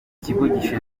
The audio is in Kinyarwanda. gishinzwe